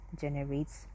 generates